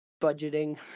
budgeting